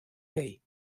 gay